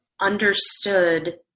understood